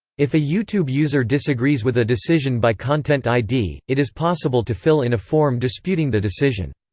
if a youtube user disagrees with a decision by content id, it is possible to fill in a form disputing the decision.